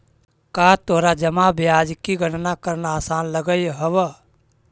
का तोरा जमा ब्याज की गणना करना आसान लगअ हवअ